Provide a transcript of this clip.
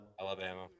Alabama